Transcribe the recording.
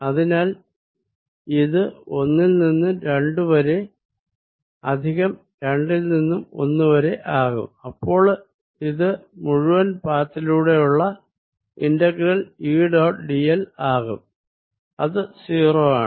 അതിനാൽ ഇത് ഒന്നിൽ നിന്നും രണ്ടു വരെ പ്ലസ് രണ്ടിൽ നിന്നും ഒന്ന് വരെ ആകും അപ്പോളിത്മുഴുവൻ പാഥ് ളോടെയുമുള്ള ഇന്റഗ്രൽ E ഡോട്ട് dl ആകും അത് 0 ആണ്